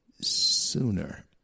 sooner